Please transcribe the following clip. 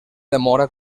demora